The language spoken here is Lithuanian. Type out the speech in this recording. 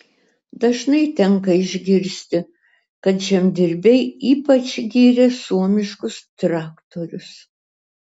dažnai tenka išgirsti kad žemdirbiai ypač giria suomiškus traktorius